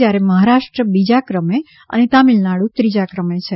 જ્યારે મહારાષ્ટ્ર બીજા ક્રમે અને તમિલનાડુ ત્રીજા ક્રમે છે